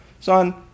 Son